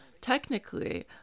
Technically